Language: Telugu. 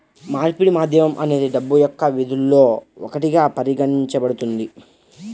మార్పిడి మాధ్యమం అనేది డబ్బు యొక్క విధుల్లో ఒకటిగా పరిగణించబడుతుంది